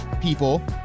people